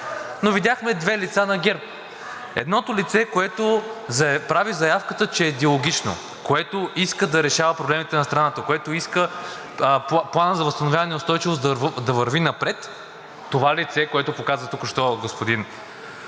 Но видяхме две лица на ГЕРБ. Едното лице, което прави заявката, че е диалогично, което иска да решава проблемите на страната, което иска Планът за възстановяване и устойчивост да върви напред – това лице, което показа току-що господин